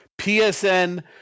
PSN